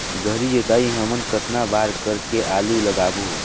गहरी जोताई हमन कतना बार कर के आलू लगाबो?